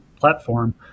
platform